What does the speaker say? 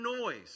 noise